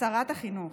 שרת החינוך.